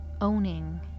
owning